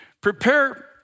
prepare